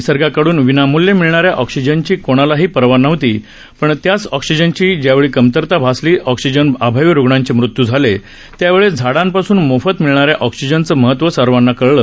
निसर्गाकडून विनामल्य मिळणाऱ्या ऑक्सिजनची कोणालाही पर्वा नव्हती पण त्याच ऑक्सिजनची ज्यावेळी कमतरता भासली ऑक्सिजन अभावी रुग्णांचे मृत्यू झाले त्यावेळेस झाडांपासून मोफत मिळणाऱ्या ऑक्सिजनचं महत्व सर्वाना कळलं